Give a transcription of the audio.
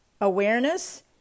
Awareness